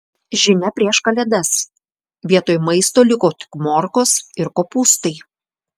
žinia prieš kalėdas vietoj maisto liko tik morkos ir kopūstai